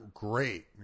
Great